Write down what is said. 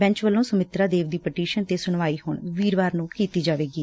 bench ਵੱਲੋਂ ਸਸਮਿਤਾ ਦੇਵ ਦੀ petition ਤੇ ਸਣਵਾਈ ਹਣ ਵੀਰਵਾਰ ਨੰ ਕੀਤੀ ਜਾਵੇਗੀ